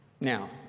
Now